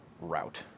route